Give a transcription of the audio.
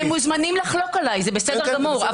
הם מוזמנים לחלוק עליי, זה בסדר גמור.